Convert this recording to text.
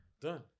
Done